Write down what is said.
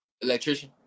Electrician